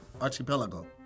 Archipelago